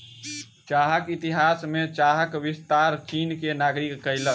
चाहक इतिहास में चाहक विस्तार चीन के नागरिक कयलक